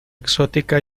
exótica